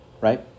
right